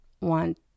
want